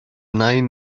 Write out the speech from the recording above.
nain